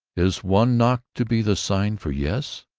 is one knock to be the sign for yes?